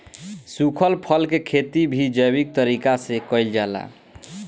सुखल फल के खेती भी जैविक तरीका से कईल जाला